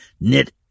knit